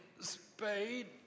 Spade